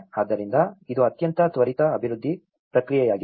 ಆದ್ದರಿಂದ ಇದು ಅತ್ಯಂತ ತ್ವರಿತ ಅಭಿವೃದ್ಧಿ ಪ್ರಕ್ರಿಯೆಯಾಗಿದೆ